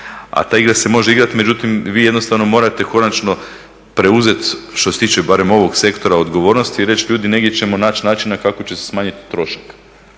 a ta igra se može igrati, međutim vi jednostavno morate konačno preuzet što se tiče barem ovog sektora odgovornost i reći ljudi negdje ćemo naći načina kako će se smanjiti trošak.